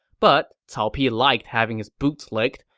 but cao pi liked having his boots licked,